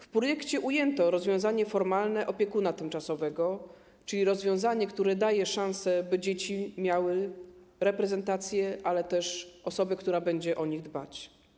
W projekcie ujęto rozwiązanie dotyczące opiekuna tymczasowego, czyli rozwiązanie, które daje szansę na to, by dzieci miały reprezentację, ale też by miały osobę, która będzie o nie dbać.